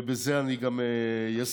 ובזה אני גם אסיים.